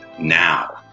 now